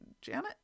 Janet